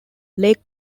lake